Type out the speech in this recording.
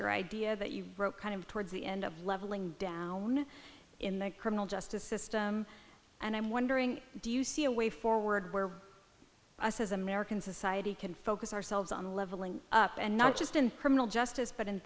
your idea that you wrote kind of towards the end of leveling one in the criminal justice system and i'm wondering do you see a way forward where us as american society can focus ourselves on leveling up and not just in criminal justice but